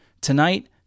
tonight